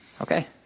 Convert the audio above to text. Okay